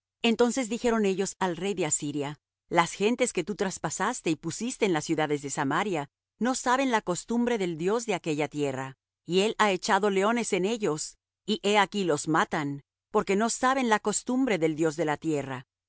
entonces dijeron ellos al rey de asiria las gentes que tú traspasaste y pusiste en las ciudades de samaria no saben la costumbre del dios de aquella tierra y él ha echado leones en ellos y he aquí los matan porque no saben la costumbre del dios de la tierra